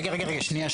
רגע, שניה.